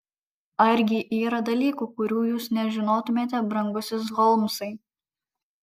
argi yra dalykų kurių jūs nežinotumėte brangusis holmsai